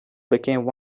became